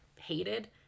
hated